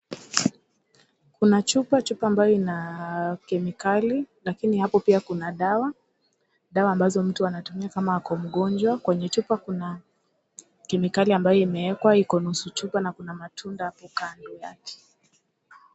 Kuna chupa, chupa ambayo ina kemikali. Lakini hapo pia kuna dawa, dawa ambazo mtu anatumia kama ako mgonjwa. Kwenye chupa kuna kemikali ambayo imewekwa, kuna nusu chupa na kuna matunda hapo kando.